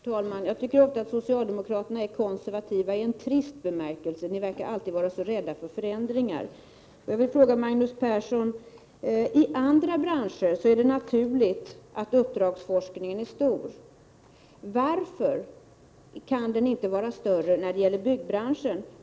Herr talman! Jag tycker ofta att socialdemokraterna är konservativa i en trist bemärkelse — de verkar alltid vara så rädda för förändringar. I andra branscher är det naturligt att uppdragsforskningen är stor. Jag vill fråga Magnus Persson: Varför kan den inte vara större när det gäller byggbranschen?